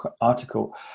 article